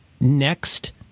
next